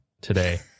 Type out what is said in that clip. today